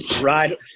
right